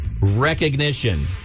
recognition